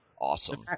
Awesome